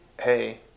hey